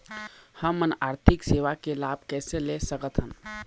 हमन आरथिक सेवा के लाभ कैसे ले सकथन?